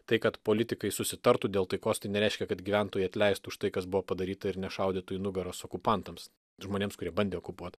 tai kad politikai susitartų dėl taikos tai nereiškia kad gyventojai atleistų už tai kas buvo padaryta ir nešaudytų į nugaras okupantams žmonėms kurie bandė okupuot